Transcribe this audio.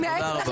אני מייעצת לך,